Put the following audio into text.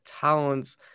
talents